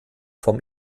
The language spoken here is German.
vom